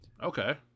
Okay